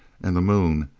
and the moon,